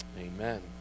Amen